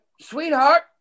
sweetheart